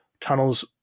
tunnels